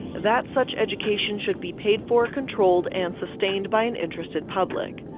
that such education should be paid for, controlled and sustained by an interested public.